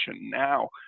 Now